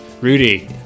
Rudy